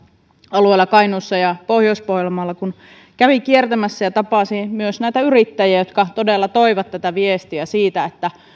alueella kainuussa ja pohjois pohjanmaalla kävin kiertämässä tapasin myös yrittäjiä jotka todella toivat tätä viestiä siitä että